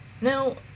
Now